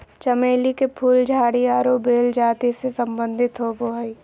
चमेली के फूल झाड़ी आरो बेल जाति से संबंधित होबो हइ